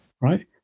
right